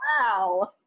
Wow